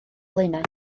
blaenau